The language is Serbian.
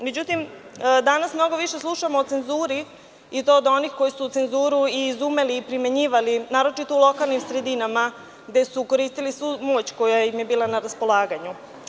Međutim, danas mnogo više slušamo o cenzuri i to od onih koji su cenzuru i izumeli iprimenjivali, naročito u lokalnim sredinama gde su koristili svu moć koja im je bila na raspolaganju.